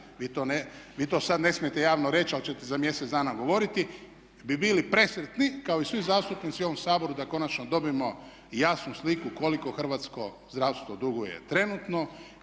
vi to sad ne smijete javno reći ali ćete za mjesec dana govoriti, bi bili presretni kao i svi zastupnici u ovom Saboru da konačno dobijemo jasnu sliku koliko hrvatsko zdravstvo duguje trenutno,